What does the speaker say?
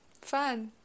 Fun